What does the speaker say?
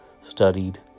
studied